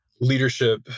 leadership